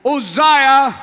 Uzziah